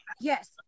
Yes